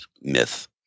myth